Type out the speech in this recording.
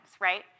right